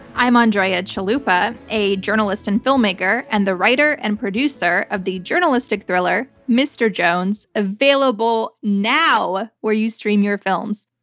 i'm andrea chalupa, a journalist and filmmaker, and the writer and producer of the journalistic thriller, mr. jones, available now where you stream your films.